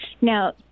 Now